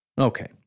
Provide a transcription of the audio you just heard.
Okay